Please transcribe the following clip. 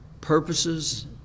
purposes